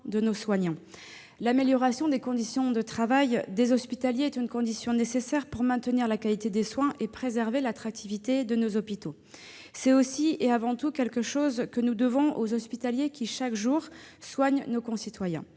de nos soignants. L'amélioration des conditions de travail des hospitaliers est une condition nécessaire pour maintenir la qualité des soins et préserver l'attractivité de nos hôpitaux. C'est aussi et avant tout quelque chose que nous devons aux hospitaliers qui, chaque jour, soignent nos concitoyens.